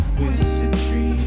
wizardry